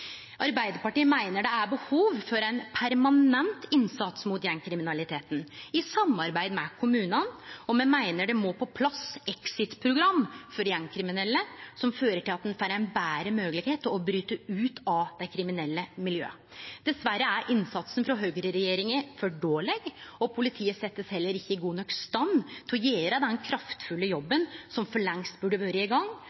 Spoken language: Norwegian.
Arbeidarpartiet meiner det er behov for ein permanent innsats mot gjengkriminaliteten i samarbeid med kommunane, og me meiner det må på plass exitprogram for gjengkriminelle som fører til at ein får ei betre moglegheit til å bryte ut av kriminelle miljø. Dessverre er innsatsen frå høgreregjeringa for dårleg, og politiet blir heller ikkje sett i god nok stand til å gjere den kraftfulle